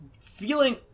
feeling